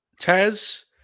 Taz